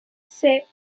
six